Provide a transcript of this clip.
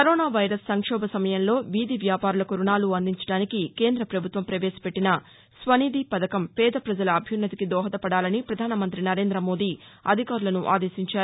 corona virus సంక్షోభ సమయంలో వీధి వ్యాపారులకు రుణాలు అందించడానికి కేంద్ర పభుత్వం ప్రపేశపెట్టిన స్వనిధి పథకం పేద పజల అభ్యున్నతికి దోహదపడాలని ప్రధాన మంత్రి నరేంద్రమోదీ అధికారులసు ఆదేశించారు